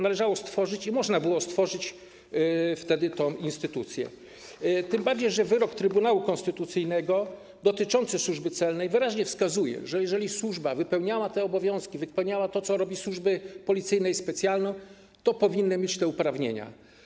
Należało stworzyć i można było stworzyć wtedy tę instytucję, tym bardziej że wyrok Trybunału Konstytucyjnego dotyczący Służby Celnej wyraźnie wskazuje, że jeżeli służba wypełniała te obowiązki, wypełniała to, co robiły służby policyjne i specjalne, to powinni mieć te uprawnienia.